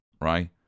right